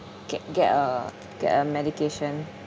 get get a get a medication